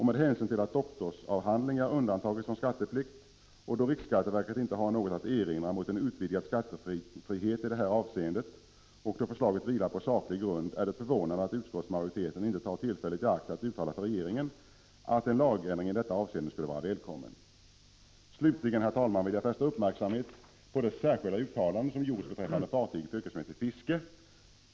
Med hänsyn till att doktorsavhandlingar har undantagits från skatteplikt och då riksskatteverket inte har något att erinra mot en utvidgad skattefrihet i det här avseendet samt då förslaget vilar på saklig grund är det förvånande att utskottsmajoriteten inte tar tillfället i akt att uttala för regeringen att en lagändring i detta avseende skulle vara välkommen. Slutligen, herr talman, vill jag fästa uppmärksamhet på det särskilda uttalande som har gjorts beträffande fartyg för yrkesmässigt fiske.